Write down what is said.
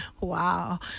Wow